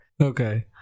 Okay